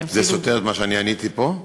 זה סותר את מה שאני עניתי פה?